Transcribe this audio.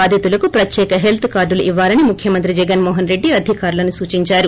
బాధితులకు పత్యేక హెల్త్ కార్డులు ఇవ్వాలని ముఖ్యమంత్రి జగన్మోహన్ రెడ్డి అధికారులను సూచించారు